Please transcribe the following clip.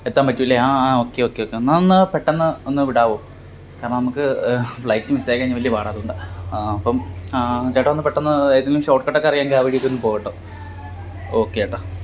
എത്താൻ പറ്റൂല്ലേ ആ ഓക്കെ ഓക്കെ ഓക്കെ എന്നാൽ ഒന്ന് പെട്ടന്ന് ഒന്ന് വിടാവോ കാരണം നമുക്ക് ഫ്ലൈറ്റ് മിസ്സായി കഴിഞ്ഞാൽ വലിയ പാടാണ് അതോണ്ടാണ് ആ അപ്പം ചേട്ടാ ഒന്ന് പെട്ടന്ന് ഏതേലും ഷോട്ട് കട്ടക്കെ അറിയാമെങ്കിൽ ആ വഴിക്കൊന്ന് പോ കേട്ടോ ഓക്കെ ഏട്ടാ